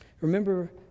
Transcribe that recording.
remember